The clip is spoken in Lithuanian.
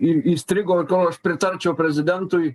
ir įstrigo to aš pritarčiau prezidentui